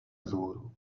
vzhůru